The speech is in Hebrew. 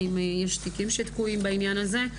אם יש תיקים שתקועים בעניין הזה.